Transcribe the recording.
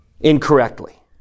incorrectly